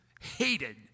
hated